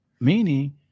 Meaning